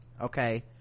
okay